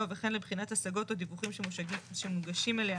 וכן לבחינת השגות או דיווחים שמוגשים אליה